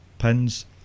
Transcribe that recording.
Pins